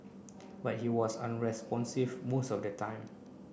but he was unresponsive most of the time